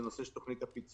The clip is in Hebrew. זה על נושא תוכנית הפיצויים.